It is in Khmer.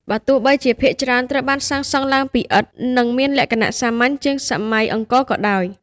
បើទោះបីជាភាគច្រើនត្រូវបានសាងសង់ឡើងពីឥដ្ឋ និងមានលក្ខណៈសាមញ្ញជាងសម័យអង្គរក៏ដោយ។